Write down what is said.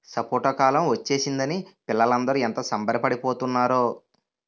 సపోటా కాలం ఒచ్చేసిందని పిల్లలందరూ ఎంత సంబరపడి పోతున్నారో